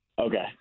Okay